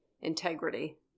integrity